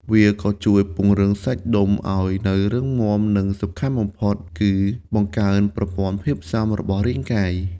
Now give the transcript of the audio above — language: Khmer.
វាក៏ជួយ ពង្រឹងសាច់ដុំ ឱ្យនៅរឹងមាំ និងសំខាន់បំផុតគឺ បង្កើនប្រព័ន្ធភាពស៊ាំ របស់រាងកាយ។